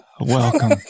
welcome